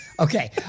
Okay